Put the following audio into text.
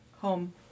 home